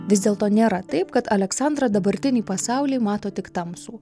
vis dėlto nėra taip kad aleksandra dabartinį pasaulį mato tik tamsų